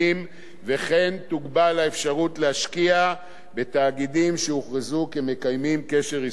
וכן תוגבל האפשרות להשקיע בתאגידים שיוכרזו כמקיימים קשר עסקי עם אירן.